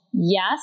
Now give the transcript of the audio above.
Yes